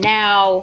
now